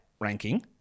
ranking